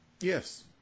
Yes